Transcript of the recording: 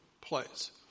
place